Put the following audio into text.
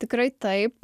tikrai taip